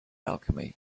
alchemy